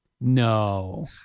No